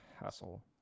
hassle